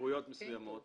בתדירויות מסוימות